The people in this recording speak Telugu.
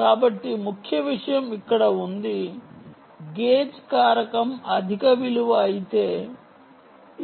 కాబట్టి ముఖ్య విషయం ఇక్కడ ఉంది గేజ్ కారకం అధిక విలువ అయితే